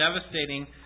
devastating